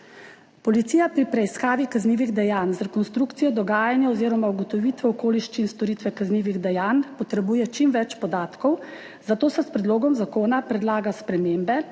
Policija pri preiskavi kaznivih dejanj z rekonstrukcijo dogajanja oziroma ugotovitve okoliščin storitve kaznivih dejanj potrebuje čim več podatkov, zato se s predlogom zakona predlaga spremembe,